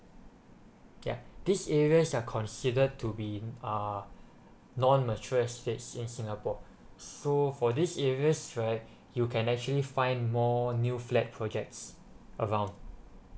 ya these areas are considered to be uh non mature estates in singapore so for these areas right you can actually find more new flat projects around